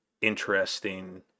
interesting